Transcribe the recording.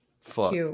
Fuck